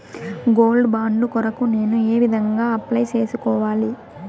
Gold bond కొరకు నేను ఏ విధంగా అప్లై సేసుకోవాలి?